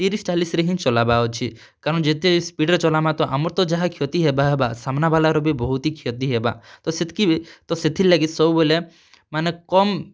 ତିରିଶ୍ ଚାଲିଶ୍ରେ ହିଁ ଚଲାବାର୍ ଅଛେ କାରଣ୍ ଯେତେ ସ୍ପିଡ଼୍ରେ ଚଲାମା ତ ଆମର୍ ତ ଯାହା କ୍ଷତି ହେବା ହେବା ସାମ୍ନା ବାଲାର୍ ବି ବହୁତ୍ ହିଁ କ୍ଷତି ହେବା ତ ସେଥିର୍ଲାଗି ସବୁବେଲେ ମାନେ କମ୍